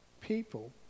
people